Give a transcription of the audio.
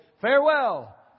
farewell